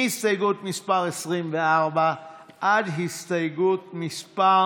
מהסתייגות מס' 24 עד הסתייגות מס'